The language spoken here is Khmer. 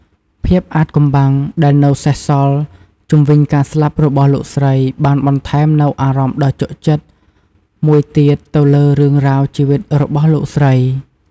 ភាពអាថ៌កំបាំងដែលនៅសេសសល់ជុំវិញការស្លាប់របស់លោកស្រី បានបន្ថែមនូវ អារម្មណ៍ដ៏ជក់ចិត្ត មួយទៀតទៅលើរឿងរ៉ាវជីវិតរបស់លោកស្រី។